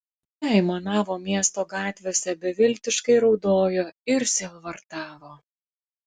jie aimanavo miesto gatvėse beviltiškai raudojo ir sielvartavo